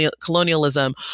Colonialism